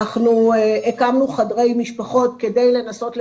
אנחנו הקמנו חדרי משפחות כדי לנסות לסייע.